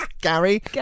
Gary